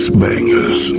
bangers